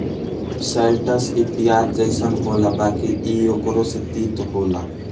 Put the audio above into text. शैलटस इ पियाज जइसन होला बाकि इ ओकरो से तीत होला